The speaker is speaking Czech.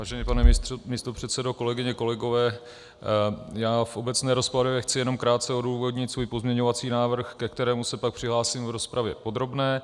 Vážený pane místopředsedo, kolegyně a kolegové, v obecné rozpravě chci jenom krátce odůvodnit svůj pozměňovací návrh, ke kterému se pak přihlásím v rozpravě podrobné.